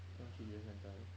要去 tuition centre